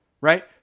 right